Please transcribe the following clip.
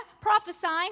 prophesying